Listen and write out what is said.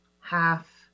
half